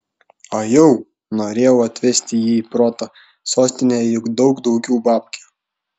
ajau norėjau atvesti jį į protą sostinėje juk daug daugiau babkių